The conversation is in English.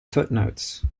footnotes